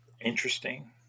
Interesting